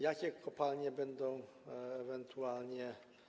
Jakie kopalnie będą ewentualnie.